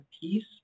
piece